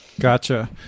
Gotcha